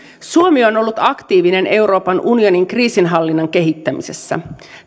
suomi on ollut aktiivinen euroopan unionin kriisinhallinnan kehittämisessä